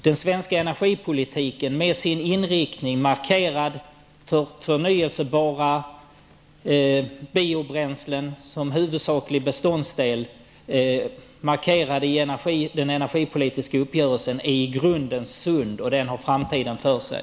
Den svenska energipolitiken, med sin inriktning, med förnyelsebara biobränslen som huvudsaklig beståndsdel, markerad i den energipolitiska uppgörelsen, är i grunden sund och har framtiden för sig.